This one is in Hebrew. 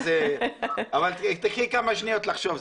אבל תיקחי כמה שניות לחשוב,